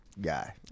guy